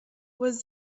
was